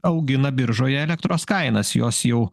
augina biržoje elektros kainas jos jau